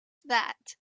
that